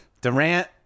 Durant